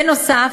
בנוסף,